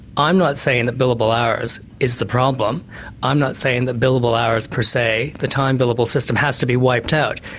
i'm not saying that billable hours is the problem i'm not saying that billable hours per se, the time billable system, has to be wiped out,